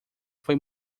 foi